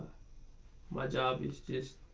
my job is just